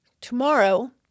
Tomorrow